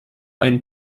einen